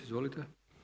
Izvolite.